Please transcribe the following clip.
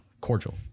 cordial